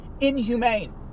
inhumane